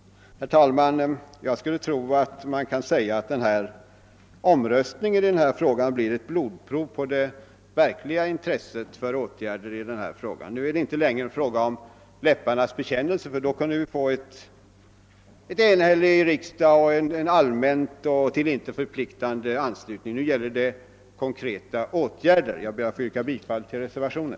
Herr talman! Jag skulle tro att man kan säga att omröstningen i denna fråga blir ett blodprov på det verkliga intresset för åtgärder på detta område. Nu är det inte längre en fråga om läpparnas bekännelse — då kunde vi få en enhällig riksdag och en allmän och till intet förpliktande anslutning — utan nu gäller det konkreta åtgärder. Jag ber att få yrka bifall till reservationen.